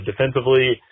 defensively